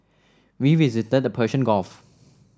we visited the Persian Gulf